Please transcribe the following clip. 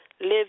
Live